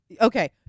okay